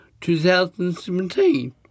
2017